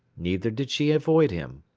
neither did she avoid him.